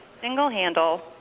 single-handle